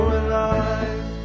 alive